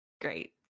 Great